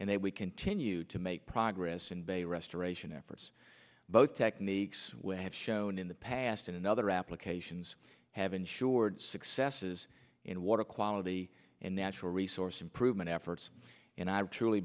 and then we continue to make progress in bay restoration efforts both techniques have and in the past and other applications have insured successes in water quality and natural resource improvement efforts and i truly